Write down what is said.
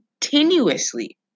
continuously